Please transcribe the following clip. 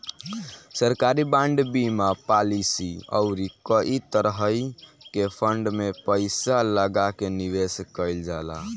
सरकारी बांड, बीमा पालिसी अउरी कई तरही के फंड में पईसा लगा के निवेश कईल जाला